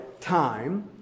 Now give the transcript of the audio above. time